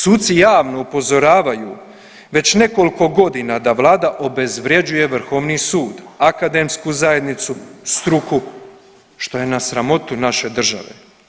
Suci javno upozoravaju već nekoliko godina da vlada obezvrjeđuje Vrhovni sud, akademsku zajednicu, struku što je na sramotu naše države.